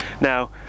Now